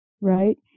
right